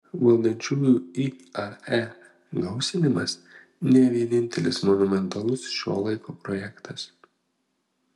valdančiųjų iae gausinimas ne vienintelis monumentalus šio laiko projektas